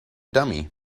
dummy